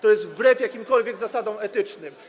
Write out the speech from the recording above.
To jest wbrew jakimkolwiek zasadom etycznym.